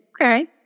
Okay